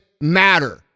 matter